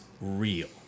real